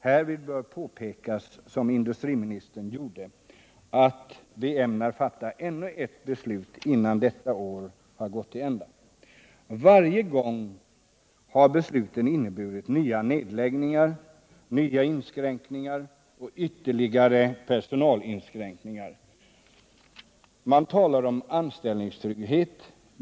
Härvid bör påpekas, som också industriministern gjorde, att vi ämnar fatta ännu ett beslut innan detta år gått till ända. Varje gång har besluten inneburit nya nedläggningar, nya inskränkningar och ytterligare personalminskningar. Man talar om anställningstrygghet.